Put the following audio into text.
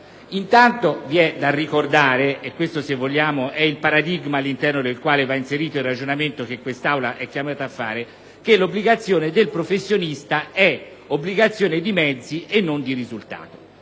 Intanto, vi è da ricordare - e questo se vogliamo è il paradigma all'interno del quale va inserito il ragionamento che quest'Aula è chiamata a fare - che l'obbligazione del professionista è obbligazione di mezzi e non di risultato,